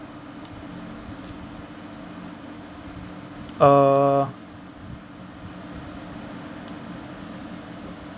uh